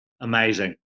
Amazing